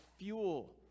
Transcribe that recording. fuel